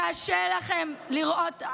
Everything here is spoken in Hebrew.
קשה לכן לראות,